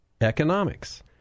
economics